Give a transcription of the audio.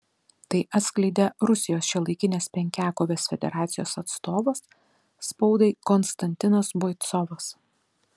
tai atskleidė rusijos šiuolaikinės penkiakovės federacijos atstovas spaudai konstantinas boicovas